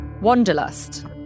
Wanderlust